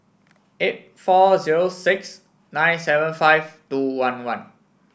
eight four zero six nine seven five two one one